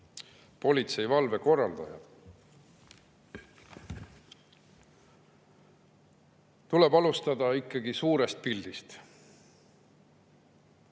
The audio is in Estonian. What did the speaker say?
politseivalve korraldajad! Tuleb alustada ikkagi suurest pildist.